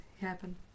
happen